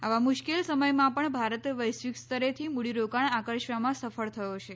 આવા મુશ્કેલ સમયમાં પણ ભારત વૈશ્વિકસ્તરેથી મૂડીરોકાણ આકર્ષવામાં સફળ થયો છે